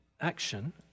action